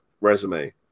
resume